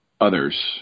others